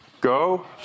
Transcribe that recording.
go